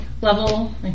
level